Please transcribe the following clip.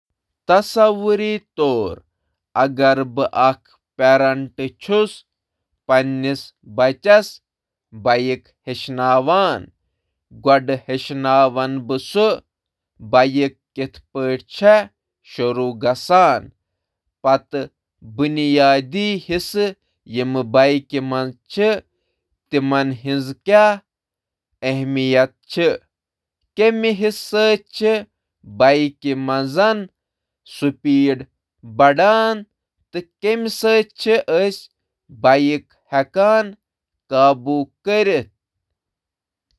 تصور کٔرِو زِ اگر بہٕ مول موج چھُس تہٕ مےٚ چھُ أمِس گۄڈٕ یہِ ہیٚچھناوُن زِ سایکل کِتھ کٔنۍ چھِ شروٗع کرٕنۍ تہٕ أمِس بایکہِ ہٕنٛدۍ بُنیٲدی چیز تہٕ بائیک کِتھ پٲٹھۍ رُکاوٕنۍ۔